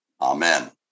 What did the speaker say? Amen